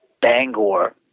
Bangor